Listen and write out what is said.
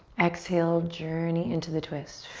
exhale, journey into the twist.